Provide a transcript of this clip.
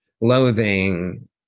loathing